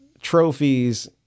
trophies